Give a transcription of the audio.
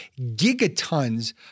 gigatons